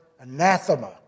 anathema